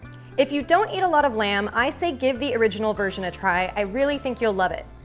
if you don't eat a lot of lamb, i say give the original version a try. i really think you'll love it.